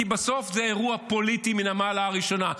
כי בסוף זה אירוע פוליטי מן המעלה הראשונה,